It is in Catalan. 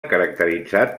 caracteritzat